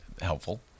helpful